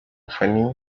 fanny